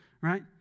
right